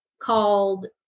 called